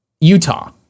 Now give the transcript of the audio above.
utah